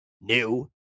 new